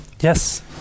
Yes